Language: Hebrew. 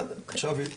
אתה יכול להתקדם.